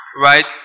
Right